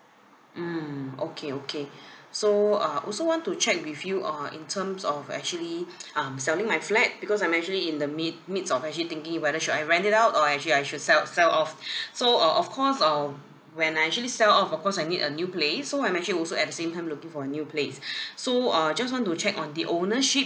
mm okay okay so uh I also want to check with you uh in terms of actually um selling my flat because I'm actually in the mid midst of actually thinking whether should I rent it out or actually I should sell sell off so uh of course um when I actually sell off of course I need a new place so I'm actually also at the same time looking for a new place so uh just want to check on the ownership